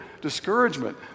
discouragement